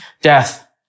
Death